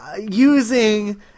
using